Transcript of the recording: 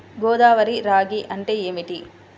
గోదావరి రాగి అంటే ఏమిటి?